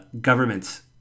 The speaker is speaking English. Governments